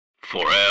FOREVER